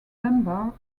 dunbar